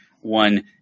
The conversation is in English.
one